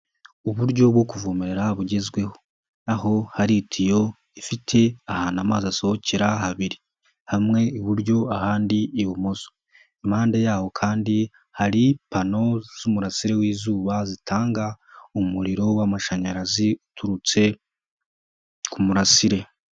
Uburyo bwo kuvomerera bugezweho, aho hari itiyo ifite ahantu amazi asohokera habiri, hamwe iburyo, ahandi ibumoso, impande yaho kandi hari pano z'umurasire w'izuba zitanga umuriro w'amashanyarazi uturutse ku murasire.